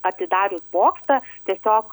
atidarius bokštą tiesiog